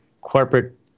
corporate